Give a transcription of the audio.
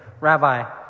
Rabbi